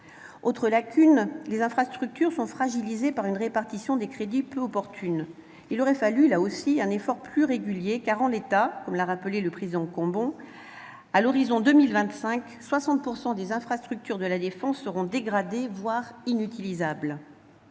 Autre lacune : les infrastructures sont fragilisées par une répartition des crédits peu opportune. Il aurait fallu, là aussi, un effort plus régulier ; en l'état, comme l'a rappelé le président Cambon, à l'horizon 2025, 60 % des infrastructures de la défense seront dégradées, voire inutilisables.